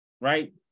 Right